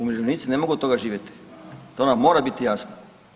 Umirovljenici ne mogu od toga živjeti to nam mora biti jasno.